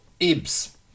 IBS